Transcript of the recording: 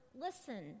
Listen